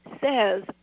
says